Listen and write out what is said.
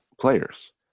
players